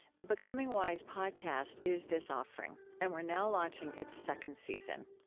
the becoming wise podcast is this offering, and we're now launching its second season.